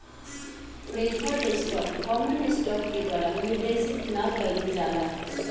preferred stock common stock के द्वारा निर्देशित ना कइल जाला